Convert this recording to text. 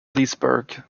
leesburg